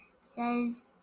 says